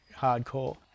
hardcore